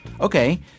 Okay